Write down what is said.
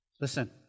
listen